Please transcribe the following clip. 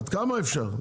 עד כמה אפשר?